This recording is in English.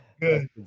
Good